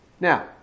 Now